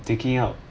taking out